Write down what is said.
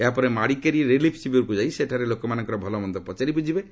ଏହାପରେ ମାଡ଼ିକେରି ରିଲିଫ୍ ଶିବିରକୁ ଯାଇ ସେଠାରେ ଲୋକମାନଙ୍କର ଭଲମନ୍ଦ ପଚାରି ବୁଝିବେ